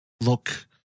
look